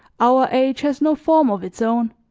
our age has no form of its own.